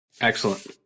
Excellent